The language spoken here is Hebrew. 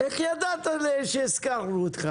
אחרי זה הערות ח"כים והערות בעלי